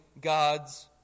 God's